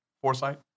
foresight